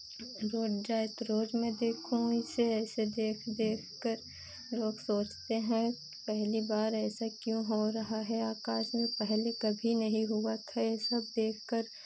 रोज़ जाए तो रोज़ मैं देखूं उसे ऐसे देख देखकर लोग सोचते हैं पहली बार ऐसा क्यों हो रहा है आकाश में पहले कभी नहीं हुआ था ये सब देखकर